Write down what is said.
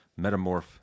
metamorph